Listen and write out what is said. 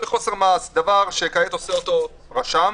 דבר שכעת עושה אותו רשם,